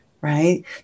Right